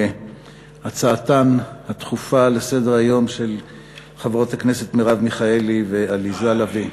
על הצעתן הדחופה לסדר-היום של חברות הכנסת מרב מיכאלי ועליזה לביא.